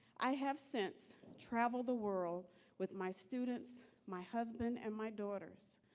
i have since traveled the world with my students, my husband and my daughters.